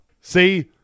See